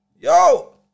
Yo